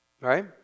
right